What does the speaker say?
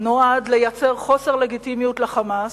נועד לייצר חוסר לגיטימיות ל"חמאס",